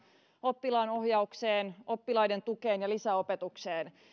oppilaanohjaukseen oppilaiden tukeen ja lisäopetukseen